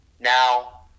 Now